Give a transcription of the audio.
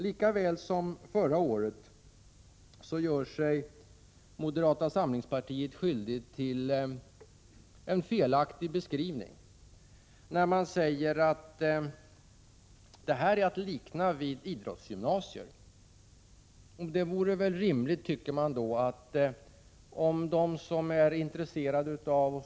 Lika väl som förra året gör sig moderata samlingspartiet skyldigt till en felaktig beskrivning när man säger att det här är att likna vid idrottsgymnasier.